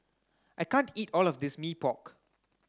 I can't eat all of this Mee Pok